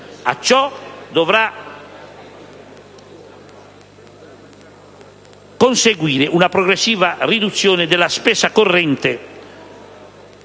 A ciò dovrà conseguire una progressiva riduzione della spesa corrente